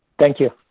thank you.